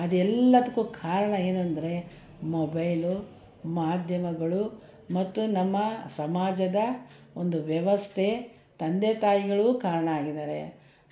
ಅದೆಲ್ಲದ್ಕೂ ಕಾರಣ ಏನೆಂದ್ರೆ ಮೊಬೈಲು ಮಾಧ್ಯಮಗಳು ಮತ್ತು ನಮ್ಮ ಸಮಾಜದ ಒಂದು ವ್ಯವಸ್ಥೆ ತಂದೆ ತಾಯಿಗಳು ಕಾರಣ ಆಗಿದ್ದಾರೆ